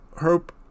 Hope